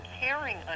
caring